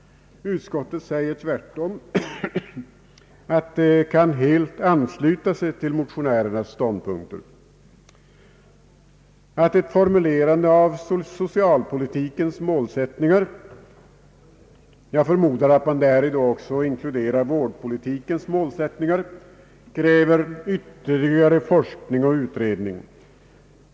Utskottet säger tvärtom att det helt kan ansluta sig till motionärernas ståndpunkter, att ett formulerande av socialpolitikens målsättningar — jag förmodar att man däri också inkluderar vårdpolitikens målsättningar — kräver ytterligare forskning och utredning.